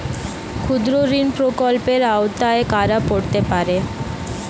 ক্ষুদ্রঋণ প্রকল্পের আওতায় কারা পড়তে পারে?